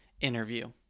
interview